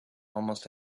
almost